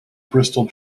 bristol